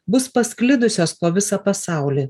bus pasklidusios po visą pasaulį